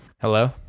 Hello